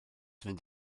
fynd